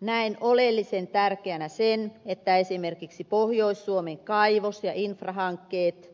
näen oleellisen tärkeänä sen että esimerkiksi pohjois suomen kaivos ja infrahankkeet